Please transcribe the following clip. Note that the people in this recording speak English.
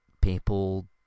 people